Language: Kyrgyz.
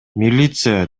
милиция